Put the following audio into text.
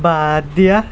বাদ দিয়া